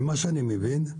ממה שאני מבין,